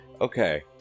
okay